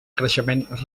creixement